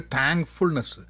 Thankfulness